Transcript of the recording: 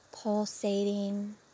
pulsating